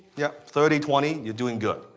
yeah, thirty, twenty, you're doing good.